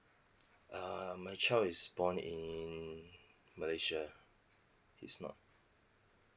uh my child is born in malaysia he's not